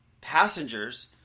Passengers